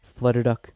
Flutterduck